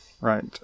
right